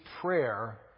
prayer